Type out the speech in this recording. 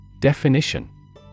Definition